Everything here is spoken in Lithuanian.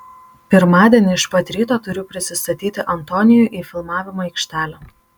pirmadienį iš pat ryto turiu prisistatyti antonijui į filmavimo aikštelę